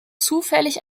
zufällig